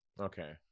Okay